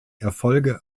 erfolge